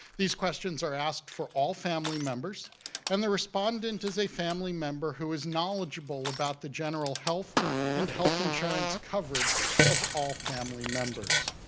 these questions are asked for all family members and the respondent is a family member who is knowledgeable about the general health and health insurance coverage of all family members.